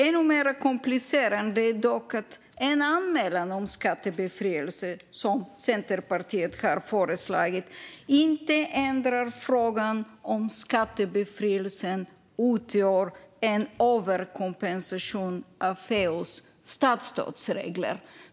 Ännu mer komplicerande är dock att en anmälan om skattebefrielse, som Centerpartiet har föreslagit, inte ändrar frågan om skattebefrielsen utgör en överkompensation av EU:s statsstödsregler.